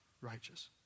righteous